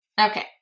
Okay